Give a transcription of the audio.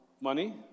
money